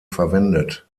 verwendet